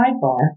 sidebar